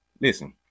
Listen